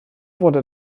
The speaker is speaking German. wurde